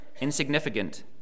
insignificant